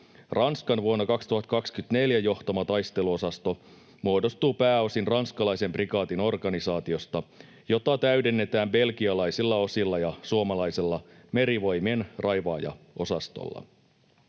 Ranskan vuonna 2024 johtama taisteluosasto muodostuu pääosin ranskalaisen prikaatin organisaatiosta, jota täydennetään belgialaisilla osilla ja suomalaisella Merivoimien raivaajaosastolla.